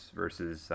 versus